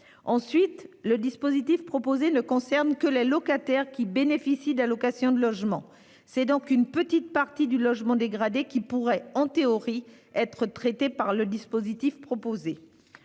Ensuite, le dispositif proposé ne concerne que les locataires qui bénéficient d'allocations de logement. C'est donc une petite partie du logement dégradé qui pourrait, en théorie, être traitée par le dispositif proposé.